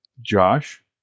Josh